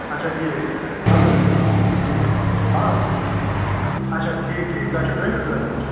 اچھا ٹھیٖک فرمٲیِو جِناب آ اچھا ٹھیٖک ٹھیٖک تۄہہِ چھو ٹرینِنٛگ ضوٚرتھ تمِچ